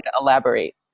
elaborate